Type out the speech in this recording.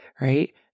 Right